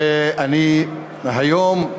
ואני היום,